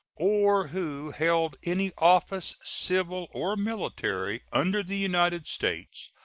or who held any office, civil or military, under the united states,